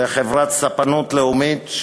זה חברת ספנות לאומית,